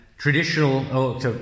traditional